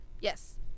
Yes